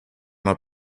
not